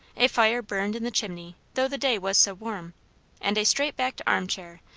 a fire burned in the chimney, though the day was so warm and a straight-backed arm-chair,